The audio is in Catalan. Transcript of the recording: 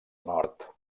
nord